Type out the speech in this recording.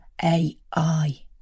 AI